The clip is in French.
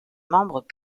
membres